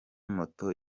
moto